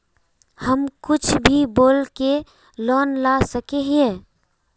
हम कुछ भी बोल के लोन ला सके हिये?